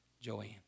Joanne